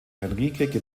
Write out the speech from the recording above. henrike